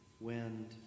wind